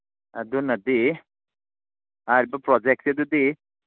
ꯑꯗꯨꯅꯗꯤ ꯍꯥꯏꯔꯤꯕ ꯄ꯭ꯔꯣꯖꯦꯛꯁꯤ ꯑꯗꯨꯗꯤ